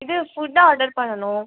இது food order பண்ணனும்